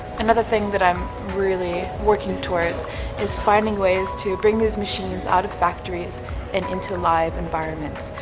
another thing that i'm really working towards is finding ways to bring these machines out of factories and into live environments,